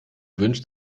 wünscht